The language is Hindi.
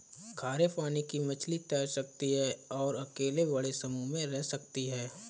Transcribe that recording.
खारे पानी की मछली तैर सकती है और अकेले बड़े समूह में रह सकती है